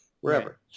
wherever